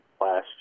last